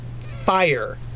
fire